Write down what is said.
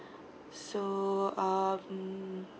so um